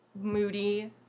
Moody